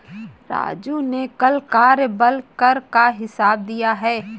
राजू ने कल कार्यबल कर का हिसाब दिया है